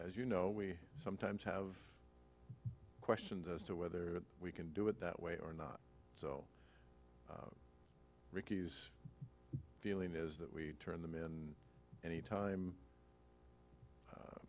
as you know we sometimes have questions as to whether we can do it that way or not so ricky's feeling is that we turn them in any time